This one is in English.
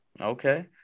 Okay